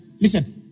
Listen